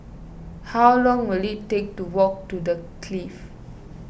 how long will it take to walk to the Clift